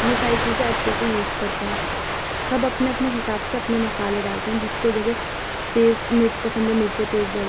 یہ ساری چیزیں اچھے سے یوز کرتے ہیں سب اپنے اپنے حساب سے اپنے مسالے ڈالتے ہیں جس کو جیسے تیز مرچ پسند ہے مرچیں تیز ڈل